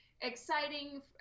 exciting